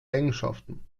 eigenschaften